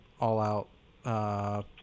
All-out